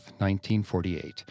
1948